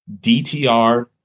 DTR